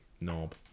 knob